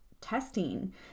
testing